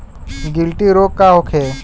गिल्टी रोग का होखे?